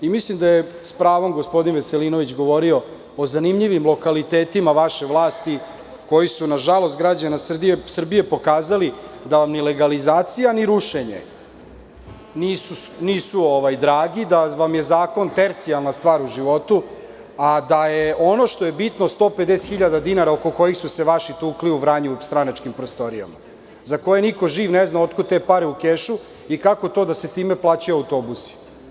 I mislim da je s pravom gospodin Veselinović govorio o zanimljivim lokalitetima vaše vlasti koji su na žalost građana Srbije pokazali da vam ni legalizacija ni rušenje nisu dragi, da vam je zakon tercijalna stvar u životu, a da je ono što je bitno – 150 hiljada dinara oko kojih su se vaši tukli u Vranju u stranačkim prostorijama za koje niko živ ne zna otkud te pare u kešu i kako to da se time plaćaju autobusi?